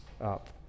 up